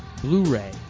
Blu-ray